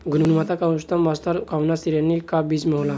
गुणवत्ता क उच्चतम स्तर कउना श्रेणी क बीज मे होला?